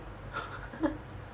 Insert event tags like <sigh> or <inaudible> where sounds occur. <laughs>